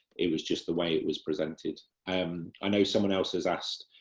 it was just the way it was presented. i um ah know someone else has asked,